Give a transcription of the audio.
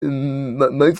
mike